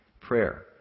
Prayer